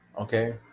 Okay